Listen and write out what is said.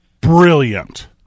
Brilliant